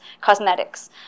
cosmetics